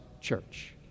church